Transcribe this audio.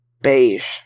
beige